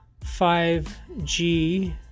5G